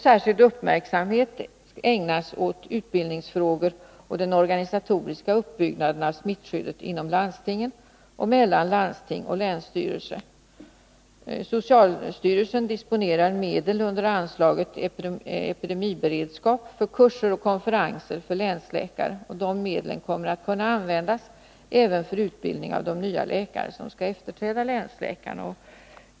Särskild uppmärksamhet ägnas åt utbildningsfrågor och den organisatoriska uppbyggnaden av smittskyddet inom landstingen och mellan landsting och länsstyrelse. Socialstyrelsen disponerar under anslaget Epidemiberedskap medel för kurser och konferenser för länsläkare. Dessa medel kommer att kunna användas även för utbildning av de nya läkare som skall efterträda länsläkarna.